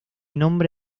nombre